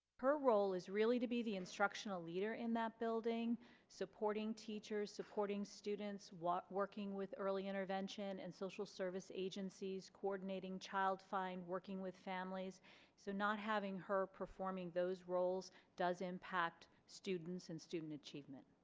her role is really to be the instructional leader in that building supporting teachers supporting students, working with early intervention and social service agencies coordinating child find working with families so not having her performing those roles does impact students and student achievement